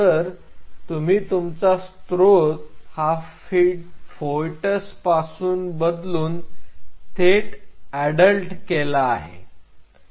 तर तुम्ही तुमचा स्त्रोत हा फिटस पासून बदलून थेट अडल्ट केला आहे